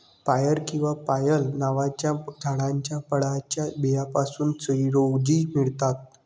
पायर किंवा पायल नावाच्या झाडाच्या फळाच्या बियांपासून चिरोंजी मिळतात